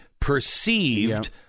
perceived